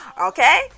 Okay